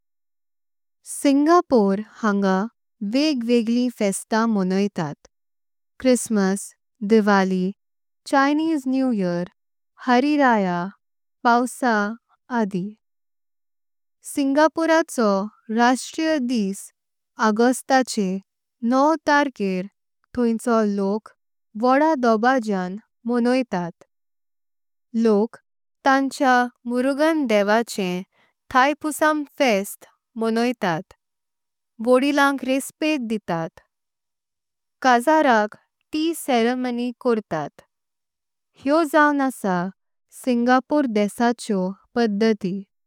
सिंगापोर हांगा वेग वेगळ्लीं फेस्तां मनोइतात। Christmas, Diwali, Chinese new year, Hari. Raya Puasa आदि सिंगापोराचो राष्ट्रिय दिस। आगोस्ताचे नव तार्केर तैंवोचो लोक व्हड्ढा ध्वजां। मनोइतात लोक तांचें मुरुगन देवाचें थाईपुसम। फेस्त मनोइतात व्हड्ढीलांक रिसपेद। दिठात काजरेक टीया सिरेमनी कर्तात। हेओ जाऊं अस सिंगापोर देशाच्यो पधती।